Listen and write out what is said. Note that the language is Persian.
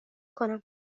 کنم